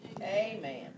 Amen